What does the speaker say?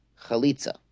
Chalitza